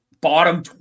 bottom